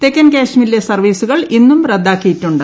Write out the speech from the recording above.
തെക്കൻ കാശ്മീരിലെ സർവ്വീസുകൾ ഇന്നും റദ്ദാക്കിയിട്ടുണ്ട്